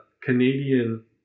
canadian